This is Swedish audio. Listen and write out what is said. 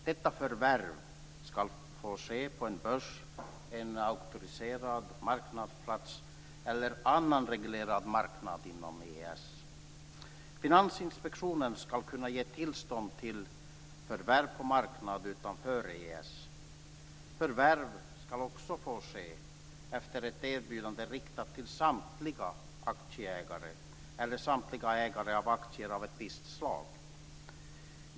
Dessa förvärv ska få ske på en börs, en auktoriserad marknadsplats eller en annan reglerad marknad inom EES. Finansinspektionen ska kunna ge tillstånd till förvärv på marknad utanför EES. Förvärv ska också få ske efter ett erbjudande riktat till samtliga aktieägare eller samtliga ägare av aktier av ett visst slag.